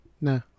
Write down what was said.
No